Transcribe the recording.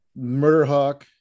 Murderhawk